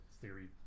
theory